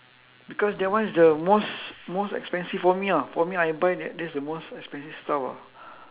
because that one is the most most expensive for me ah for me I buy that that's the most expensive stuff ah